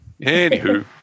Anywho